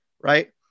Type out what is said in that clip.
Right